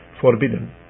forbidden